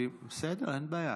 בסדר, אין בעיה.